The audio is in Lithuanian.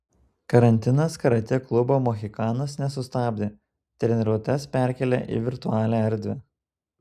karantinas karatė klubo mohikanas nesustabdė treniruotes perkėlė į virtualią erdvę